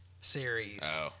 series